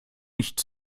nicht